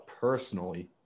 personally